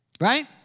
Right